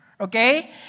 Okay